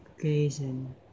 gazing